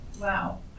Wow